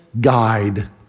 guide